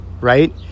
right